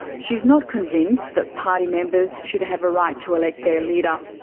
she's not convinced that party members should have a right to elect their leader.